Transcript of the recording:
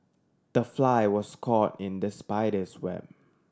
the fly was caught in the spider's web